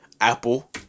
Apple